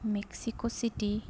Mexico चिटि